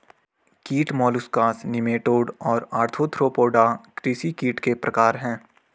कीट molluscs nematode और arthropoda कृषि कीट के प्रकार हैं